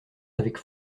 avec